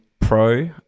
Pro